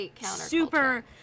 super